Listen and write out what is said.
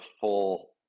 full